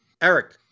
Eric